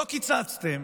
לא קיצצתם,